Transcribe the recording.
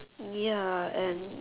ya and